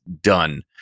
done